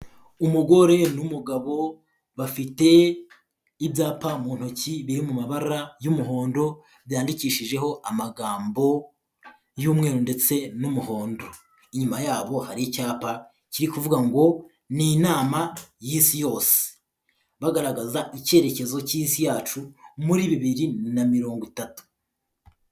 Umugore n'umugabo bafite ibyapa mu ntoki biri mu mabara y'umuhondo, byandikishijeho amagambo y'mweru ndetse n'umuhondo, inyuma yabo hari icyapa kiri kuvuga ngo ni inama y'Isi yose, bagaragaza icyerekezo cy'Isi yacu muri bibiri na mirongo itatu.